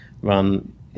run